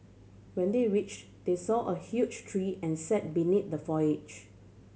when they reached they saw a huge tree and sat beneath the foliage